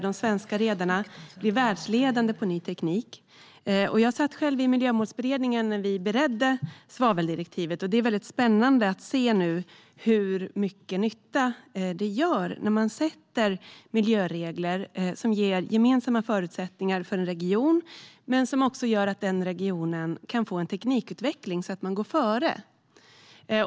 De svenska redarna blir världsledande med ny teknik. Jag satt själv med i Miljömålsberedningen när den beredde svaveldirektivet. Det är väldigt spännande att nu se hur mycket nytta det gör när man slår fast miljöregler som ger gemensamma förutsättningar för en region men som också gör att denna region kan få en teknikutveckling och därmed går före.